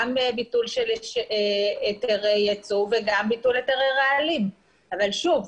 גם ביטול של היתר יצוא וגם ביטול היתרי רעלים אבל שוב,